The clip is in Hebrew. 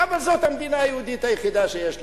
אבל זאת המדינה היהודית היחידה שיש לנו.